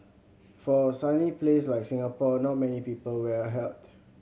for a sunny place like Singapore not many people wear a hat